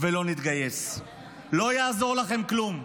ולא נתגייס, לא יעזור לכם כלום.